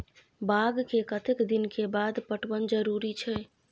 बाग के कतेक दिन के बाद पटवन जरूरी छै?